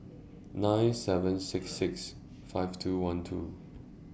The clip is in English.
nine seven six six five two one two